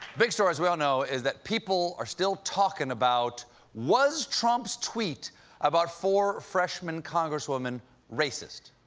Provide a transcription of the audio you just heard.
big story as we all know is that people are still talking about was trump's tweet about four freshman congress women racist?